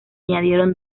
añadieron